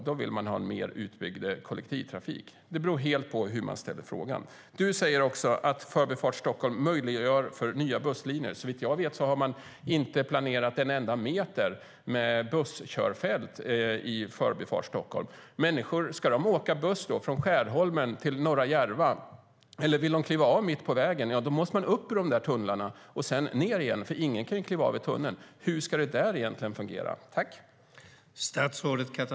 Då vill de ha en mer utbyggd kollektivtrafik. Det beror helt på hur man ställer frågan. Du säger att Förbifart Stockholm möjliggör för nya busslinjer. Såvitt jag vet har man inte planerat en enda meter med busskörfält i Förbifart Stockholm. Om människor som åker buss från Skärholmen till norra Järva vill kliva av mitt på vägen måste man upp ur de där tunnlarna och sedan ned igen, för ingen kan kliva av i tunneln. Hur ska det egentligen fungera?